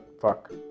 Fuck